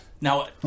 Now